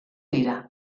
dira